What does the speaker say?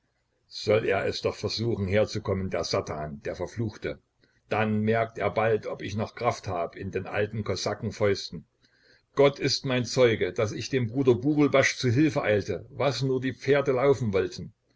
soll er es doch versuchen herzukommen der satan der verfluchte dann merkt er bald ob ich noch kraft hab in den alten kosakenfäusten gott ist mein zeuge daß ich dem bruder burulbasch zu hilfe eilte was nur die pferde laufen wollten